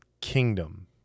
Kingdom